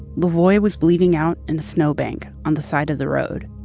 lavoy was bleeding out in a snowbank on the side of the road.